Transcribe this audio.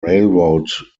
railroad